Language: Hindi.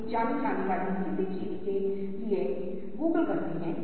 इसलिए 60 में से अधिकांश छात्र इन रंगों का उपयोग करते हैं